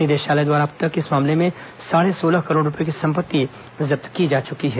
निदेशालय द्वारा अब तक इस मामले में साढ़े सोलह करोड़ रूपये की संपत्ति जब्त की जा चुकी है